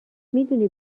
میدونی